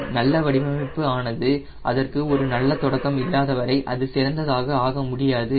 ஒரு நல்ல வடிவமைப்பு ஆனது அதற்கு ஒரு நல்ல தொடக்கம் இல்லாத வரை அது சிறந்ததாக ஆக முடியாது